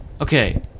okay